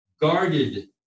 guarded